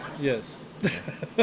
Yes